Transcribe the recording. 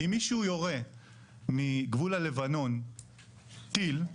אם מישהו יורה מגבול הלבנון טיל,